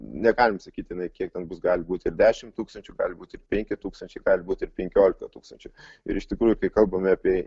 negalim sakyt jinai kiek ten bus gali būt ir dešimt tūkstančių gali būt ir penki tūkstančiai gali būt ir penkiolika tūkstančių ir iš tikrųjų kai kalbame apie